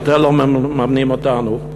אתם לא מממנים אותנו.